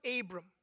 Abram